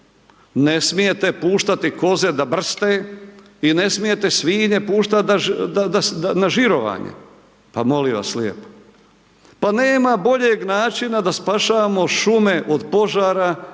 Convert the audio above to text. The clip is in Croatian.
ne smijete puštati koze da brste i ne smijete svinje puštat da, na žirovanje, pa molim vas lijepo, pa nema boljeg načina da spašavamo šume od požara,